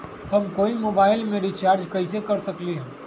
हम कोई मोबाईल में रिचार्ज कईसे कर सकली ह?